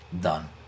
done